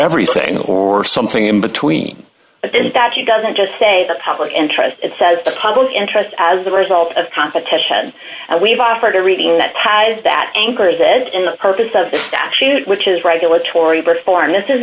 everything or something in between that you doesn't just say the public interest it says the public interest as a result of competition we've offered a reading that has that anchors it in the purpose of the statute which is regulatory reform this is